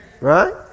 right